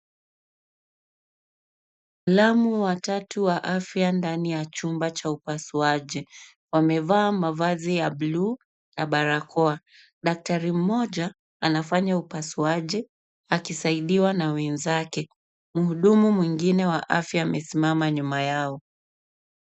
Wataalamu watatu wa afya ndani ya chumba cha upasuaji, wamevaa mavazi ya buluu na barakoa. Daktari mmoja anafanya upasuaji akisaidiwa na wenzake. Mhudumu mwingine wa afya amesimama nyuma yao.